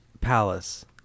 Palace